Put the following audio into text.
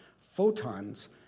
photons